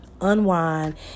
unwind